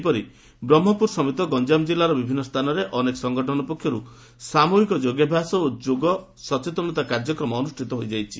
ସେହିପରି ବ୍ରହ୍କପୁର ସମେତ ଗଞ୍ଠାମ ଜିଲ୍ଲାର ବିଭିନ୍ନ ସ୍ଚାନରେ ଅନେକ ସଂଗଠନ ପକ୍ଷରୁ ସାମୁହିକ ଯୋଗାଭ୍ୟାସ ଓ ଯୋଗ ସଚେତନତା କାର୍ଯ୍ୟକ୍ରମ ଅନୁଷିତ ହୋଇଯାଇଛି